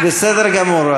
בסדר גמור.